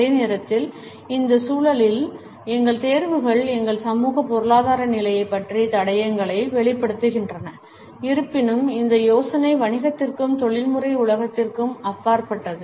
அதே நேரத்தில் இந்த சூழலில் எங்கள் தேர்வுகள் எங்கள் சமூக பொருளாதார நிலையைப் பற்றிய தடயங்களை வெளிப்படுத்துகின்றன இருப்பினும் இந்த யோசனை வணிகத்திற்கும் தொழில்முறை உலகத்திற்கும் அப்பாற்பட்டது